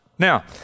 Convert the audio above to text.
Now